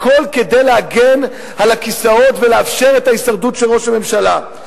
הכול כדי להגן על הכיסאות ולאפשר את ההישרדות של ראש הממשלה?